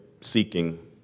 seeking